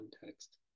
context